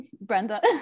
brenda